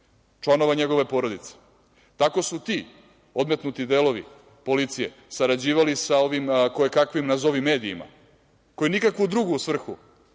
članova njegove porodice. Tako su ti odmetnuti delovi policije sarađivali sa ovim kojekakvim nazovi medijima, koji nikakvu drugu svrhu